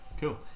Cool